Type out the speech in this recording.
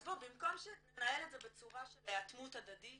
אז בוא במקום שננהל את זה בצורה של אטימות הדדית